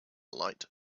light